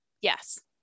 Yes